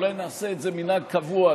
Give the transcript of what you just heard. אולי נעשה את זה מנהג קבוע,